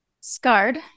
Scarred